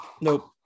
nope